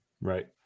Right